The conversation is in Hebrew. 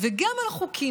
וגם על החוקים.